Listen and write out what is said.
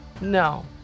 No